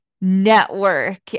network